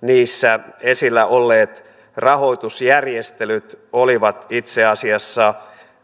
niissä esillä olleet rahoitusjärjestelyt olivat itse asiassa